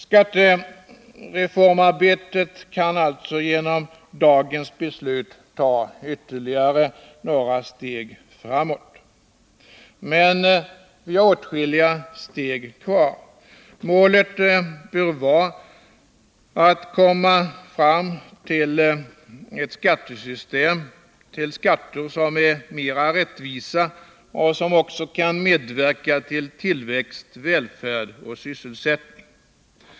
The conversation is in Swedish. Skattereformarbetet kan alltså genom dagens beslut ta ytterligare några steg framåt. Men vi har åtskilliga steg kvar. Målet bör vara att komma fram till ett skattesystem med skatter som är mer rättvisa och som också kan medverka till tillväxt, välfärd och sysselsättning.